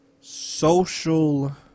social